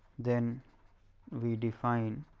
then we define